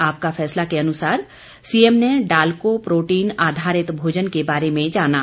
आपका फैसला के अनुसार सीएम ने डाल्को प्रोटीन आधारित भोजन के बारे में जाना